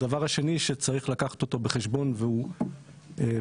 הדבר השני שצריך לקחת אותו בחשבון והוא במתארים